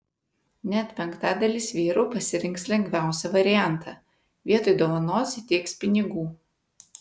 net penktadalis vyrų pasirinks lengviausią variantą vietoj dovanos įteiks pinigų